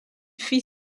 fit